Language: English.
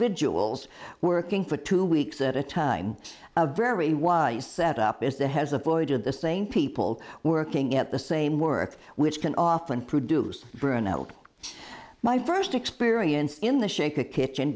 vigils working for two weeks at a time a very wise setup is that has avoided the same people working at the same work which can often produce an adult my first experience in the shake a kitchen